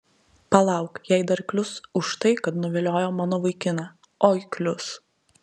palauk jai dar klius už tai kad nuviliojo mano vaikiną oi klius